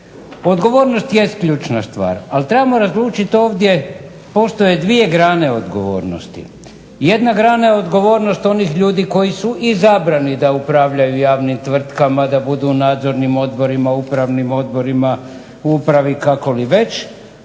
Odgovornost jest ključna stvar, ali trebamo razlučit ovdje postoje dvije grane odgovornosti. Jedna grana je odgovornost onih ljudi koji su izabrani da upravljaju javnim tvrtkama da budu u nadzornim odborima, upravnim odborima, u upravi kako li već,